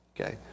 Okay